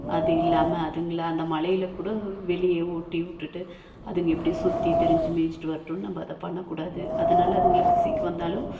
அது இல்லாமல் அதுங்களை அந்த மழையில கூட வெளியே ஓட்டிவிட்டுட்டு அதுங்கள் இப்படி சுற்றி திரிஞ்சு மேய்ஞ்சிட்டு வரட்டும்னு நம்ம அதை பண்ணக்கூடாது அதனால் அதுங்களுக்கு சீக்கு வந்தாலும்